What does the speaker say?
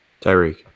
Tyreek